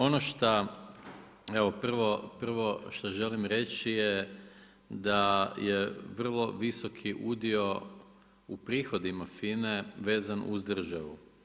Ono što prvo želim reći je da je vrlo visoki udio u prihodima FINA vezan uz državu.